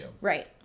Right